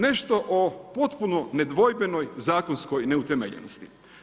Nešto o potpuno nedvojbenoj zakonskoj neutemeljenosti.